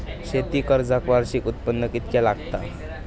शेती कर्जाक वार्षिक उत्पन्न कितक्या लागता?